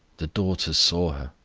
the daughters saw her,